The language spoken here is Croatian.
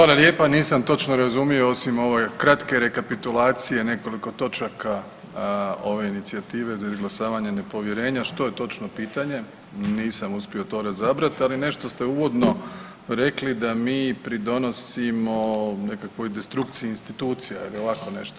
Hvala lijepa, nisam točno razumio osim ove kratke rekapitulacije nekoliko točaka ove inicijative za izglasavanje nepovjerenja što je točno pitanje, nisam uspio to razabrat, ali nešto ste uvodno rekli da mi pridonosimo nekakvoj destrukciji institucija ili ovako nešto.